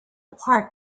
park